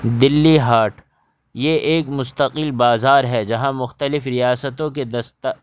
دہلی ہاٹ یہ ایک مستقل بازار ہے جہاں مختلف ریاستوں کے دستا